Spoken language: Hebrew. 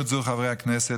חברי הכנסת,